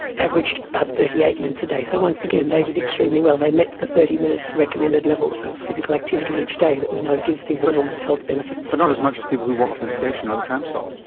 averaged about thirty eight minutes a day. so once again, they did extremely well, they met the thirty minutes recommended level of physical activity each day that we know gives these enormous health benefits. but not as much as people who walk to the station or the tram stop.